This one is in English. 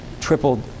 tripled